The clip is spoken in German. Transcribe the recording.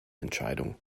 entscheidung